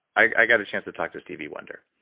i got a chance to talk to stevie wonder